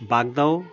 বাগদাও